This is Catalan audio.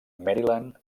maryland